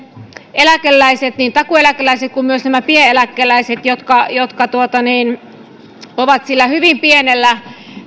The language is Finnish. eläkeläiset niin takuueläkeläiset kuin myös nämä pieneläkeläiset jotka jotka ovat sillä hyvin pienellä